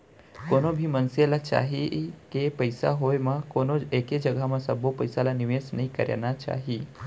कोनो भी मनसे ल चाही के पइसा होय म कोनो एके जघा म सबो पइसा ल निवेस नइ करना चाही